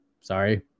Sorry